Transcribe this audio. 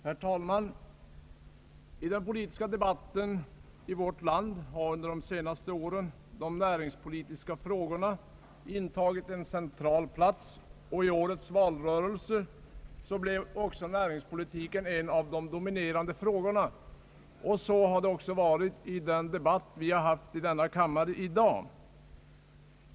Herr talman! I den politiska debatten här i landet har under senaste åren de näringspolitiska frågorna intagit en central plats. I årets valrörelse blev också näringspolitiken ett av de dominerande inslagen. Så har det varit även i dagens kammardebatt.